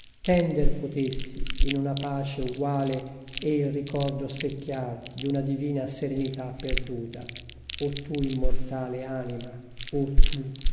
tender potessi in una pace uguale e il ricordo specchiar di una divina serenità perduta o tu immortale anima o tu